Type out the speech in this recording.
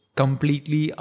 completely